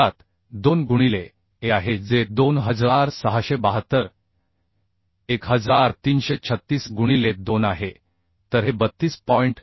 मुळात 2 गुणिले a आहे जे 26721336 गुणिले 2 आहे तर हे 32